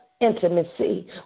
intimacy